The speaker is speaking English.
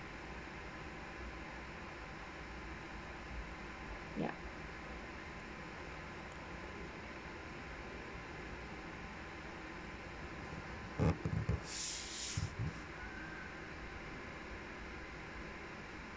yup